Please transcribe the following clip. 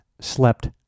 slept